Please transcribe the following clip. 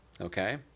Okay